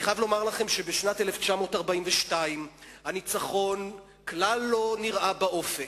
אני חייב לומר לכם שבשנת 1942 הניצחון כלל לא נראה באופק.